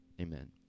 Amen